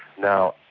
now,